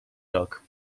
rok